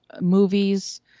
movies